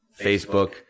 Facebook